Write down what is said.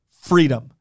freedom